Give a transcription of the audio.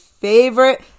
favorite